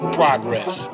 progress